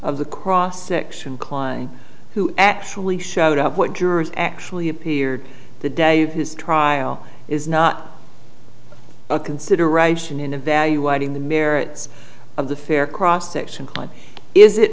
of the cross section klein who actually showed up what jurors actually appeared to dave his trial is not a consideration in evaluating the merits of the fair cross section kline is it